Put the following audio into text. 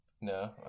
No